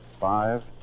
five